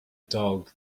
dog